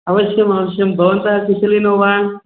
अवश्यम् अवश्यं भवन्तः कुशलिनो वा